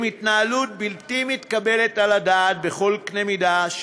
התנהלות בלתי מתקבלת על הדעת בכל אמת מידה,